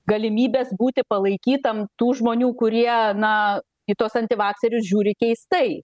galimybės būti palaikytam tų žmonių kurie na į tuos antivakserius žiūri keistai